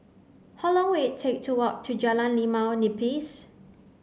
how long will take to walk to Jalan Limau Nipis